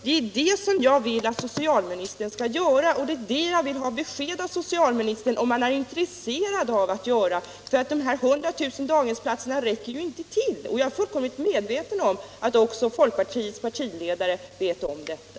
Det är det som jag vill att socialministern skall göra, och jag vill ha besked av socialministern om han är intresserad av att göra det. De 100 000 daghemsplatserna räcker ju inte till. Jag är fullt medveten om att också folkpartiets partiledare vet detta.